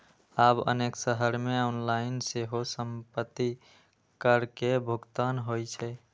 आब अनेक शहर मे ऑनलाइन सेहो संपत्ति कर के भुगतान होइ छै